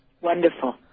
Wonderful